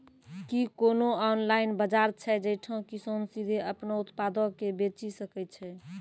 कि कोनो ऑनलाइन बजार छै जैठां किसान सीधे अपनो उत्पादो के बेची सकै छै?